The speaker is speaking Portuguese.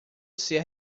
ser